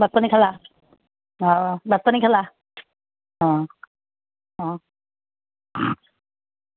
ভাত পানী খালা অঁ ভাত পানী খালা অঁ অঁ